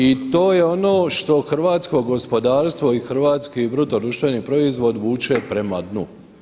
I to je ono što hrvatsko gospodarstvo i hrvatski bruto društveni proizvod vuče prema dnu.